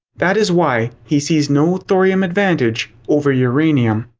that is why he sees no thorium advantage over uranium.